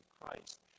Christ